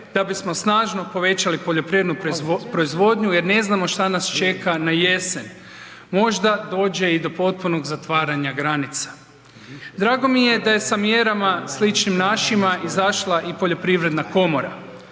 da bismo snažno povećali poljoprivrednu proizvodnju jer ne znamo šta nas čeka na jesen. Možda dođe i do potpunog zatvaranja granica. Drago mi je da je sa mjerama sličnim našima izašla i Poljoprivredna komora,